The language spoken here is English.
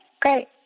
great